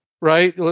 right